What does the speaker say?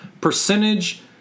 percentage